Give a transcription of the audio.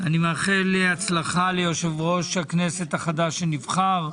אני מאחל הצלחה ליושב-ראש הכנסת החדש שנבחר.